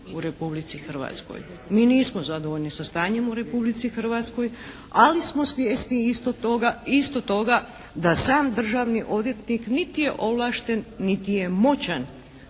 Mi nismo zadovoljni sa stanjem u Republici Hrvatskoj, ali smo svjesni isto toga da sam državni odvjetnik niti je ovlašten, niti je moćan